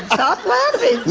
stop laughing.